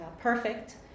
perfect